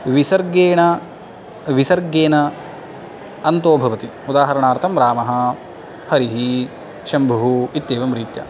विसर्गेण विसर्गेण अन्तोभवति उदाहरणार्तं रामः हरिः शम्भुः इत्येवं रीत्या